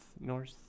North